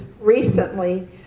recently